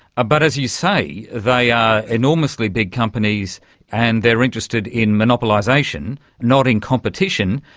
but, as you say, they are enormously big companies and they are interested in monopolisation, not in competition,